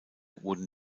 wurden